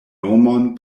nomon